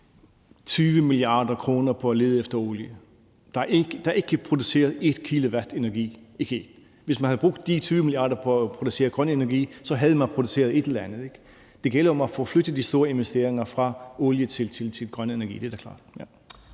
20 mia. kr. på at lede efter olie, og der er ikke produceret ét kilowatt energi ved det. Hvis man havde brugt de 20 mia. kr. på at producere grøn energi, så havde man produceret et eller andet, ikke? Det gælder om at få flyttet de store investeringer fra olie til grøn energi,